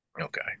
okay